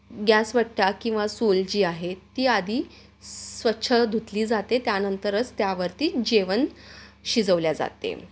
गॅसवट्टा किंवा चूल जी आहे ती आधी स्वच्छ धुतली जाते त्यानंतरच त्यावरती जेवण शिजवल्या जाते